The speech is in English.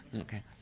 Okay